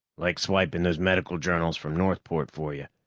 like swiping those medical journals from northport for you,